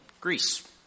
Greece